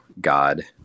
god